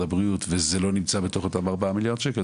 שקל למשרד הבריאות וזה לא נמצא בתוך אותם 4 מיליארד שקל,